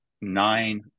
nine